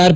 R